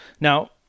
Now